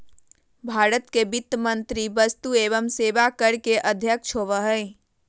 भारत के वित्त मंत्री वस्तु एवं सेवा कर के अध्यक्ष होबो हइ